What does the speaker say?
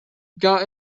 got